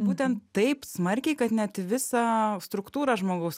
būtent taip smarkiai kad net visą struktūrą žmogaus